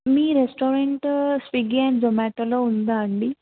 me restaurant Swiggy and జొమాటోలో ఉందా అండి